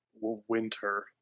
Winter